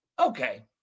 Okay